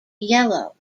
yellow